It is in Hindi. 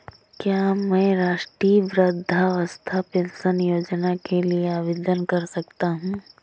क्या मैं राष्ट्रीय वृद्धावस्था पेंशन योजना के लिए आवेदन कर सकता हूँ?